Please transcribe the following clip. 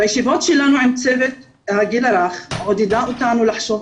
בישיבות שלנו עם צוות הגיל הרך היא עודדה אותנו לחשוב